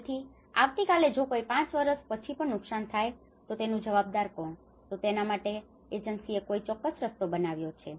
તેથી આવતીકાલે જો કોઈ 5 વર્ષ પછી પણ નુકશાન થાય તો તેનું જવાબદાર કોણ તો તેના માટે એજન્સીએ કોઈ ચોક્કસ રસ્તો બનાવ્યો છે